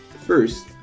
first